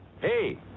Hey